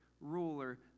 ruler